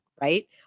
right